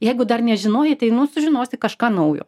jeigu dar nežinojai tai nu sužinosi kažką naujo